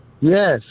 Yes